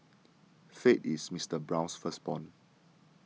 faith is Mister Brown's firstborn